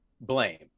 blame